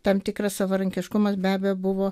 tam tikras savarankiškumas be abejo buvo